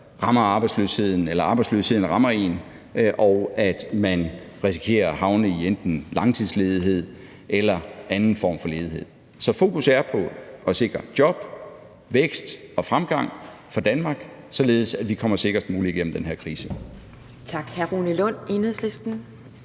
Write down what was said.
rammer arbejdsløsheden eller arbejdsløsheden rammer en og man risikerer at havne i enten langtidsledighed eller en anden form for ledighed. Så fokus er på at sikre job, vækst og fremgang for Danmark, således at vi kommer sikrest muligt igennem den her krise.